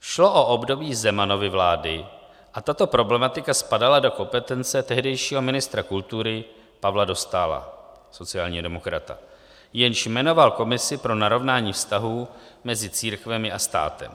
Šlo o období Zemanovy vlády a tato problematika spadala do kompetence tehdejšího ministra kultury Pavla Dostála, sociálního demokrata, jenž jmenoval komisi pro narovnání vztahů mezi církvemi a státem.